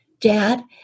Dad